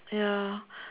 ya